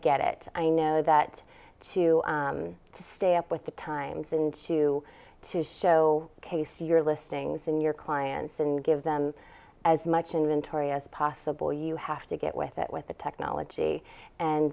get it i know that to to stay up with the times and to to show case your listings and your clients and give them as much inventory as possible you have to get with it with the technology and